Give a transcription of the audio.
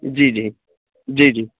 جی جی جی جی